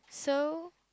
so